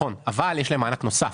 אבל יש להם מענק נוסף,